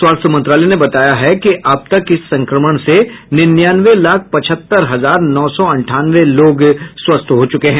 स्वास्थ्य मंत्रालय ने बताया है कि अब तक इस संक्रमण से निन्यानवे लाख पचहत्तर हजार नौ सौ अंठानवे लोग स्वस्थ हो चुके हैं